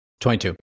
22